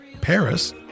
paris